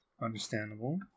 Understandable